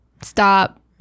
stop